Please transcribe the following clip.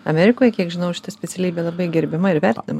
amerikoje kiek žinau šita specialybė labai gerbiama ir vertinama